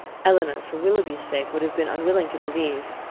elinor, for willoughby's sake, would have been unwilling to believe.